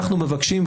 אנחנו מבקשים,